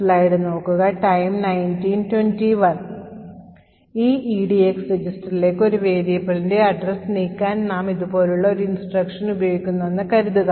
ഈ EDX registerലേക്ക് ഒരു വേരിയബിളിന്റെ address നീക്കാൻ നാം ഇതുപോലുള്ള ഒരു instruction ഉപയോഗിക്കുന്നുണ്ടെന്ന് കരുതുക